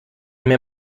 mir